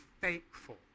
thankful